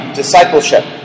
discipleship